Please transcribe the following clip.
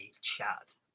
chat